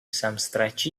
stretches